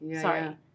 sorry